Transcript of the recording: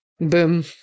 Boom